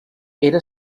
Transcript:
era